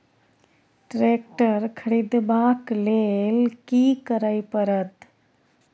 Tractor खरीदबाक लेल की करय परत?